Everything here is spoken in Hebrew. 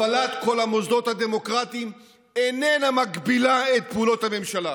הפעלת כל המוסדות הדמוקרטיים איננה מגבילה את פעולות הממשלה,